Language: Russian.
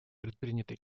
предприняты